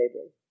labor